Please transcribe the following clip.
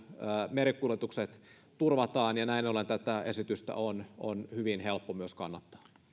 merikuljetukset turvataan ja näin ollen tätä esitystä on on hyvin helppo myös kannattaa